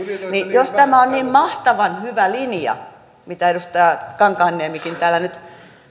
jos tämä on niin mahtavan hyvä linja mitä edustaja kankaanniemikin täällä nyt